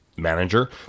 manager